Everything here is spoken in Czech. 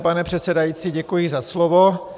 Pane předsedající, děkuji za slovo.